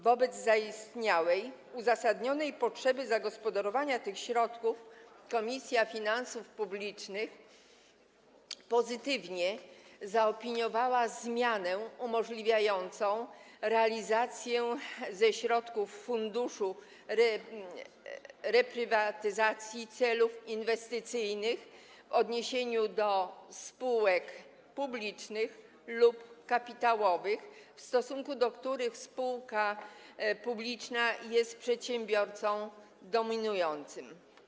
Wobec zaistniałej uzasadnionej potrzeby zagospodarowania tych środków Komisja Finansów Publicznych pozytywnie zaopiniowała zmianę umożliwiającą realizację ze środków Funduszu Reprywatyzacji celów inwestycyjnych w odniesieniu do spółek publicznych lub kapitałowych, w stosunku do których spółka publiczna jest przedsiębiorcą dominującym.